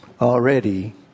already